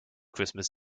christmas